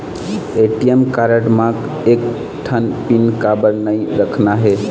ATM card म एक ठन पिन काबर नई रखना हे?